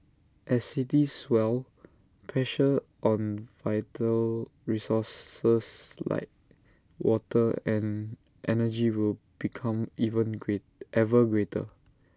as cities swell pressure on vital resources like water and energy will become even greater ever greater